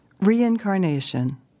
Reincarnation